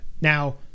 now